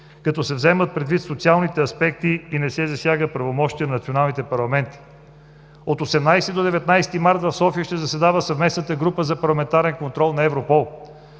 като се вземат предвид социалните аспекти и не се засягат правомощията на националните парламенти. От 18 до 19 март в София ще заседава Съвместната група за парламентарен контрол на Европол.